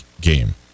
game